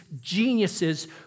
geniuses